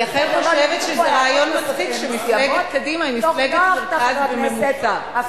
אני אכן חושבת שזה רעיון מצחיק שמפלגת קדימה היא מפלגת מרכז בממוצע.